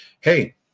Hey